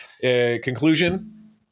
Conclusion